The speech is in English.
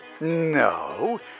No